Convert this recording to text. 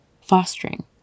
fostering